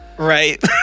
Right